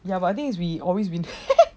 ya but I think it's always win